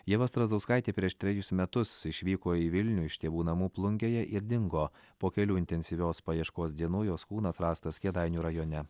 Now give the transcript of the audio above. ieva strazdauskaitė prieš trejus metus išvyko į vilnių iš tėvų namų plungėje ir dingo po kelių intensyvios paieškos dienų jos kūnas rastas kėdainių rajone